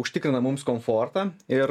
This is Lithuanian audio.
užtikrina mums komfortą ir